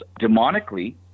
demonically